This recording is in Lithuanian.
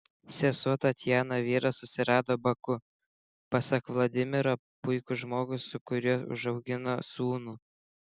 sesuo tatjana vyrą susirado baku pasak vladimiro puikų žmogų su kuriuo užaugino sūnų